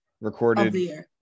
recorded